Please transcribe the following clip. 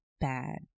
Bad